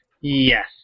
yes